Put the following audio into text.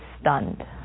stunned